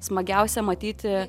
smagiausia matyti